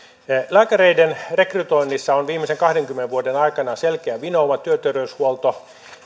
lääkäreiden rekrytoinnissa on tullut viimeisen kahdenkymmenen vuoden aikana selkeä vinouma työterveyshuollossa